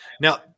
Now